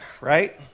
right